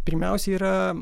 pirmiausia yra